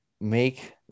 make